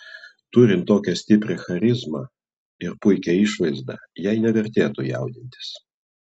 turint tokią stiprią charizmą ir puikią išvaizdą jai nevertėtų jaudintis